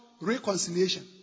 reconciliation